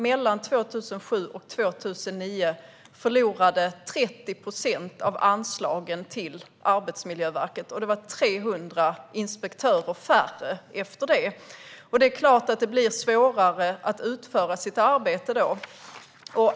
Mellan 2007 och 2009 förlorade Arbetsmiljöverket 30 procent av anslagen. Det var 300 färre inspektörer efter det. Det är klart att det blir svårare att utföra sitt arbete då.